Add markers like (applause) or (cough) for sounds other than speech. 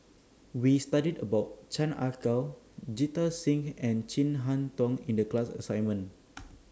We studied about Chan Ah Kow Jita Singh and Chin Harn Tong in The class assignment (noise)